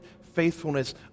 faithfulness